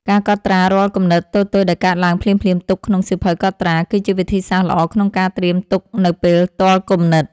ការកត់ត្រារាល់គំនិតតូចៗដែលកើតឡើងភ្លាមៗទុកក្នុងសៀវភៅកត់ត្រា គឺជាវិធីសាស្ត្រល្អក្នុងការត្រៀមទុកនៅពេលទាល់គំនិត។